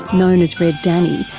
known as red danny,